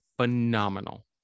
phenomenal